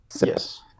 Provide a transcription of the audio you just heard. Yes